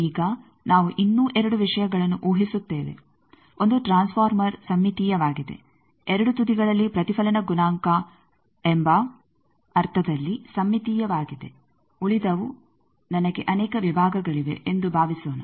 ಈಗ ನಾವು ಇನ್ನೂ ಎರಡು ವಿಷಯಗಳನ್ನು ಊಹಿಸುತ್ತೇವೆ ಒಂದು ಟ್ರಾನ್ಸ್ ಫಾರ್ಮರ್ ಸಮ್ಮಿತೀಯವಾಗಿದೆ ಎರಡು ತುದಿಗಳಲ್ಲಿ ಪ್ರತಿಫಲನ ಗುಣಾಂಕ ಎಂಬ ಅರ್ಥದಲ್ಲಿ ಸಮ್ಮಿತೀಯವಾಗಿದೆ ಉಳಿದವು ನನಗೆ ಅನೇಕ ವಿಭಾಗಗಳಿವೆ ಎಂದು ಭಾವಿಸೋಣ